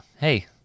Hey